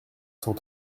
cent